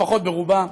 לפחות ברובה,